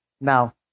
Now